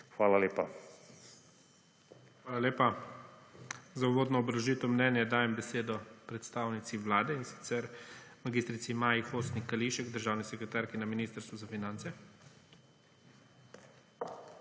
ZORČIČ: Hvala lepa. Za uvodno obrazložitev mnenja dajem besedo predstavnici Vlade, in sicer mag. Maji Hostnik Kališek državni sekretarki na Ministrstvu za finance.